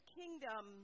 kingdom